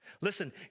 Listen